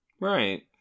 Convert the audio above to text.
Right